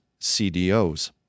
CDOs